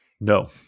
No